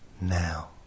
now